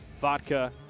vodka